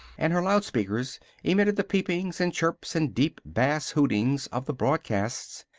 and her loudspeakers emitted the peepings and chirps and deep-bass hootings of the broadcasts.